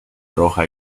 roja